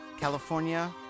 california